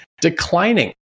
declining